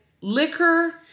liquor